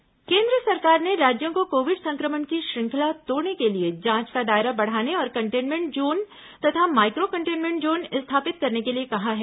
Covid केन्द्र केंद्र सरकार ने राज्यों को कोविड संक्रमण की श्रृंखला तोड़ने के लिए जांच का दायरा बढ़ाने और कंटेनमेंट जोन तथा माइक्रो कंटेनमेंट जोन स्थापित करने के लिए कहा है